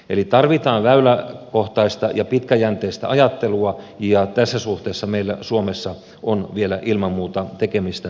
eli tarvitaan väyläkohtaista ja pitkäjänteistä ajattelua ja tässä suhteessa meillä suomessa on vielä ilman muuta tekemistä varsin paljon